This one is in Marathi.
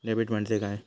डेबिट म्हणजे काय?